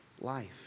life